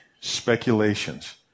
speculations